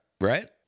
Right